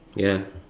ya